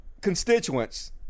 constituents